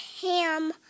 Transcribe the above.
Ham